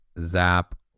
zap